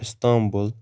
Istanbul